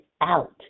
out